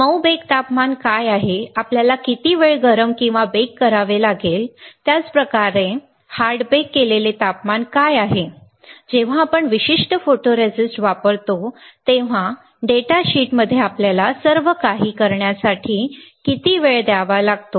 मऊ बेक तापमान काय आहे आपल्याला किती वेळ गरम किंवा बेक करावे लागेल त्याच प्रकारे हार्ड बेक केलेले तापमान काय आहे जेव्हा आपण विशिष्ट फोटोरिस्ट वापरतो तेव्हा डेटा शीटमध्ये आपल्याला सर्वकाही करण्यासाठी किती वेळ द्यावा लागतो